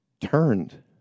turned